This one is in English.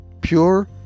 Pure